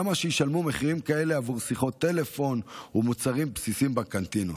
למה שישלמו מחירים כאלו עבור שיחות טלפון או מוצרים בסיסיים בקנטינות?